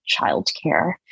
childcare